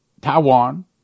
Taiwan